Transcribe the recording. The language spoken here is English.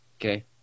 Okay